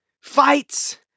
fights